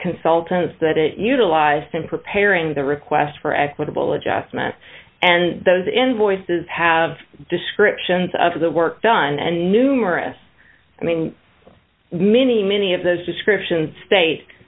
consultants that it utilized in preparing the request for equitable adjustment and those invoices have descriptions of the work done and numerous i mean many many of those descriptions state